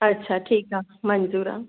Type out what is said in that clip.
अच्छा ठीकु आहे मंज़ूर आहे